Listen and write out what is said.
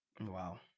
Wow